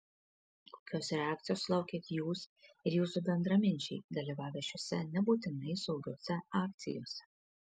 kokios reakcijos sulaukėt jūs ir jūsų bendraminčiai dalyvavę šiose nebūtinai saugiose akcijose